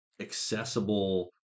accessible